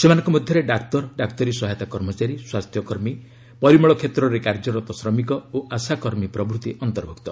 ସେମାନଙ୍କ ମଧ୍ୟରେ ଡାକ୍ତର ଡାକ୍ତରୀ ସହାୟତା କର୍ମଚାରୀ ସ୍ୱାସ୍ଥ୍ୟ କର୍ମୀ ପରିମଳ କ୍ଷେତ୍ରରେ କାର୍ଯ୍ୟରତ ଶ୍ରମିକ ଓ ଆଶା କର୍ମୀ ପ୍ରଭୂତି ଅନ୍ତର୍ଭକ୍ତ